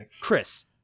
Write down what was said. Chris